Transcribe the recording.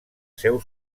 seu